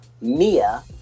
Mia